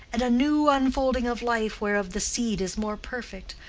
and a new unfolding of life whereof the seed is more perfect,